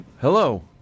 Hello